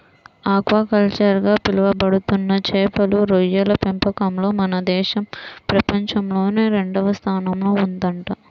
aquaculture గా పిలవబడుతున్న చేపలు, రొయ్యల పెంపకంలో మన దేశం ప్రపంచంలోనే రెండవ స్థానంలో ఉందంట